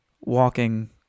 walking